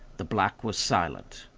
the black was silent.